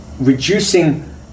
reducing